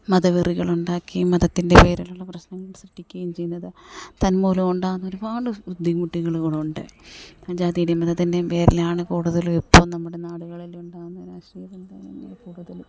മതവെറികളുണ്ടാക്കിയും മതത്തിൻ്റെ പേരിലുള്ള പ്രശ്നങ്ങൾ സൃഷ്ടിക്കുകയും ചെയ്യുന്നത് തന്മൂലം ഉണ്ടാകുന്ന ഒരുപാട് ബുദ്ധിമുട്ടുകളുണ്ട് ജാതിയുടെയും മതത്തിൻ്റെയും പേരിലാണ് കൂടുതൽ ഇപ്പോൾ നമ്മുടെ നാടുകളിൽ ഉണ്ടാകുന്ന കൂടുതലും